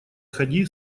хади